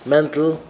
Mental